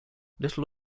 little